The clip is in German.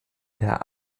der